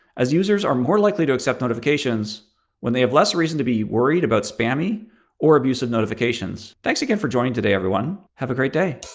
as users are more likely to accept notifications when they have less reason to be worried about spammy or abusive notifications. thanks again for joining today, everyone. have a great day.